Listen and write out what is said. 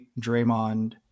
Draymond